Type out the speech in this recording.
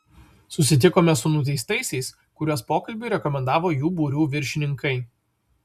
susitikome su nuteistaisiais kuriuos pokalbiui rekomendavo jų būrių viršininkai